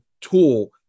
tool